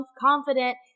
confident